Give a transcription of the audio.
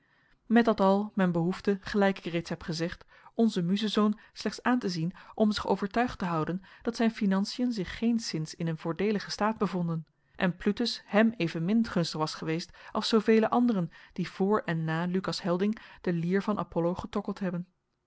met dat al men behoefde gelijk ik reeds heb gezegd onzen muzenzoon slechts aan te zien om zich overtuigd te houden dat zijn financiën zich geenszins in een voordeeligen staat bevonden en plutus hem evenmin gunstig was geweest als zoovelen anderen die voor en na lucas helding de lier van apollo getokkeld hebben